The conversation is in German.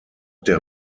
der